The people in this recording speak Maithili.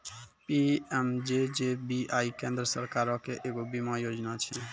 पी.एम.जे.जे.बी.वाई केन्द्र सरकारो के एगो बीमा योजना छै